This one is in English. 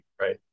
right